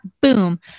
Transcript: boom